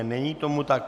Není tomu tak.